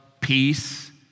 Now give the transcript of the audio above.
peace